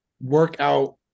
workout